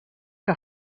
que